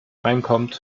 reinkommt